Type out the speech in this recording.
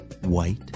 white